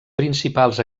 principals